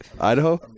Idaho